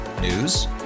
News